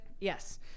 Yes